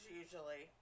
usually